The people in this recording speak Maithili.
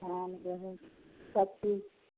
धान गहूम सबचीज